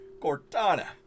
Cortana